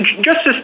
Justice